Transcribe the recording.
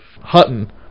Hutton